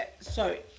sorry